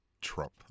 Trump